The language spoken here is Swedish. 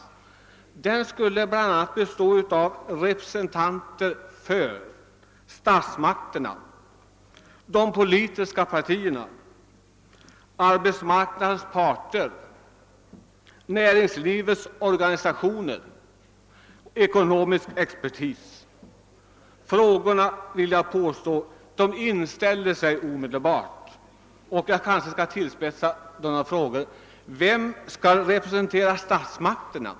I den skulle delta bl.a. representanter för statsmakterna, de politiska partierna, arbetsmarknadens parter, näringslivets organisationer och ekonomisk expertis. Då inställer sig omedelbart frågan: Vem skall representera statsmakterna?